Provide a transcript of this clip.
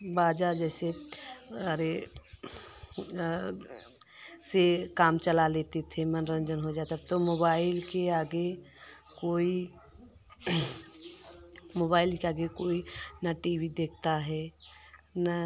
बाजा जैसे अरे से काम चला लेते थे मनोरंजन हो जाता अब तो मोबाइल के आगे कोई मोबाइल के आगे कोई न टी वी देखता है न